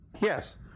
Yes